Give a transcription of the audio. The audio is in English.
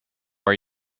are